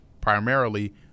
primarily